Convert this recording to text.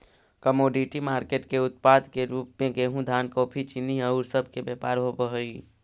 commodity market के उत्पाद के रूप में गेहूं धान कॉफी चीनी औउर सब के व्यापार होवऽ हई